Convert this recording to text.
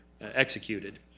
executed